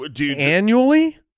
Annually